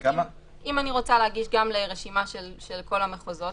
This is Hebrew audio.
אם אני רוצה להגיש גם לרשימה של כל המחוזות,